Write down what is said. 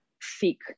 seek